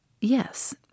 Yes